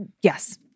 Yes